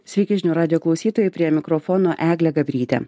sveiki žinių radijo klausytojai prie mikrofono eglė gabrytė